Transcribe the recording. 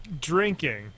drinking